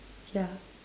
yeah